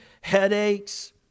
headaches